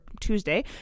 Tuesday